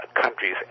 countries